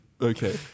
Okay